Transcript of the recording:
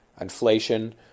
Inflation